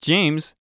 James